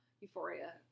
Euphoria